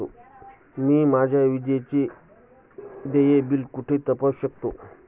मी माझे विजेचे देय बिल कुठे तपासू शकते?